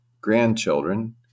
grandchildren